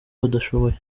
badashoboye